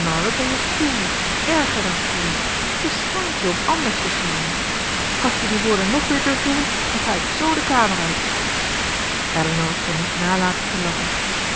wat ben je koel erger dan koel je schaamt je om anders te schijnen als je die woorden nog weer durft noemen dan ga ik z de kamer uit elinor kon niet nalaten te lachen